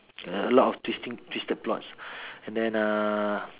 a lot of twisting twisted plots and then uh